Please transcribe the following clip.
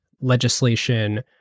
legislation